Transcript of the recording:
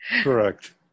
Correct